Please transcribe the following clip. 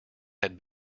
had